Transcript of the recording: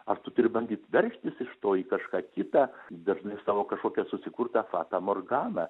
ar tu turi bandyt veržtis iš to į kažką kita dažnai savo kažkokią susikurtą fata morganą